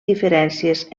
diferències